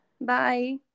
Bye